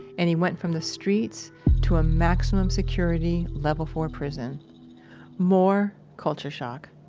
and he went from the streets to a maximum security, level-four prison more culture shock.